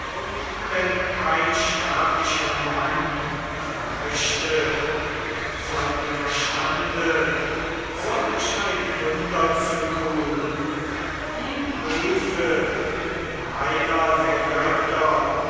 denn kein sterblicher mann vermöchte mit seinem verstande solch ein wunder zu tun ihm hülfe denn einer der götter